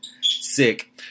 sick